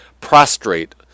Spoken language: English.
prostrate